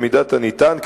במידת הניתן,